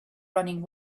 running